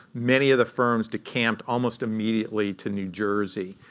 many of the firms decamped almost immediately to new jersey.